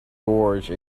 gorge